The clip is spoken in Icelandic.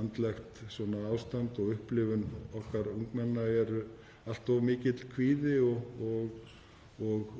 andlegt ástand og upplifun okkar ungmenna, allt of mikill kvíði og